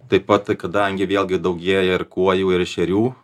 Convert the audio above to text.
taip pat kadangi vėlgi daugėja ir kuojų ir ešerių